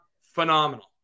Phenomenal